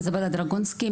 איזבלה דרגונסקי,